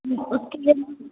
उतने